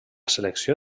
selecció